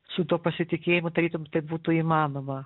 su tuo pasitikėjimu tarytum tai būtų įmanoma